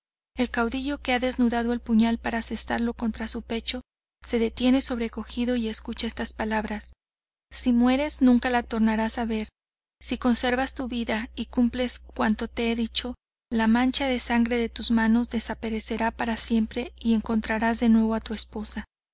el caudillo que ha desnudado el puñal para asestarlo contra su pecho se detiene sobrecogido y escucha estas palabras si mueres nunca la tornaras a ver si conservas tu vida y cumples cuanto te he dicho la mancha de sangre de tus años desaparecerá para siempre y encontrarás de nuevo a tu esposa